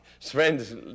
Friends